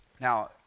Now